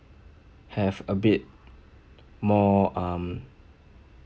have a bit more um